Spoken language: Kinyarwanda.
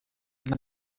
nta